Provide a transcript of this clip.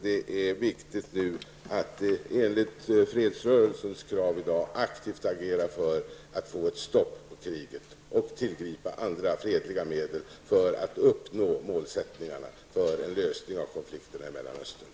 Det är viktigt att enligt fredsrörelsens krav aktivt agera för att få ett stopp på kriget och tillgripa andra fredliga medel för att uppnå målsättningarna för en lösning av konflikterna i Mellanöstern.